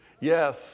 Yes